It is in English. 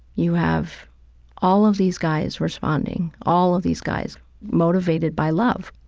you have all of these guys responding. all of these guys motivated by love.